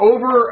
Over